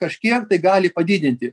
kažkiek tai gali padidinti